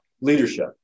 leadership